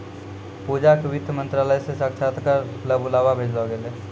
पूजा क वित्त मंत्रालय स साक्षात्कार ल बुलावा भेजलो गेलै